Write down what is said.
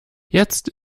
jetzt